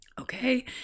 Okay